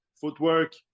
footwork